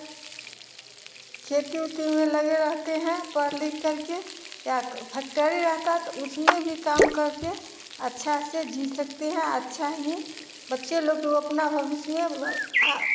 खेती वेती में लगे रहते हैं पढ़ लिख करके क्या करूँ फैक्टरी रहता तो उसमें भी काम करते अच्छा से जी सकते हैं अच्छा है बच्चे लोग को अपना भविष्य में